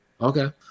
okay